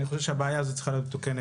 אני חושב שהבעיה הזאת צריכה להיות מתוקנת,